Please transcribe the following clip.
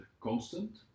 constant